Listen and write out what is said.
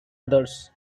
others